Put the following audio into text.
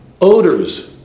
Odors